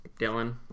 Dylan